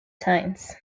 times